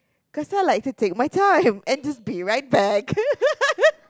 cause I like to take my time and just be right back